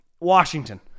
Washington